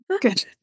Good